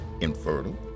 infertile